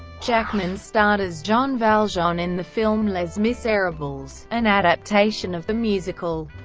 jackman starred as jean valjean in the film les miserables, an adaptation of the musical.